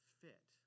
fit